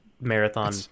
Marathon